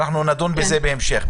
נדון בזה בהמשך.